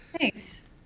Thanks